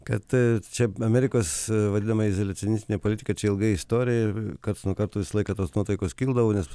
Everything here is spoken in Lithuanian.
kad čia amerikos vadinama izoliacinis ne politika čia ilga istorija ir kad kartu visą laiką tos nuotaikos kildavo nes